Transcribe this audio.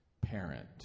parent